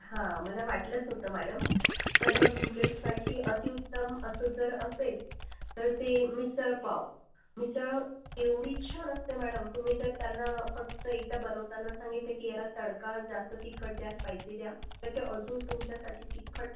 हा मला वाटलंच होतं मॅडम तर मग तुमच्यासाठी अतिउत्तम असं जर असले तर ते मिसळपाव मिसळ एवढी छान असते मॅडम तुम्ही जर त्यांना फक्त एकदा बनवताना सांगितलं की याला तडका जास्त तिखट जास्त स्पायसी द्या तर ते अजून तुमच्यासाठी तिखट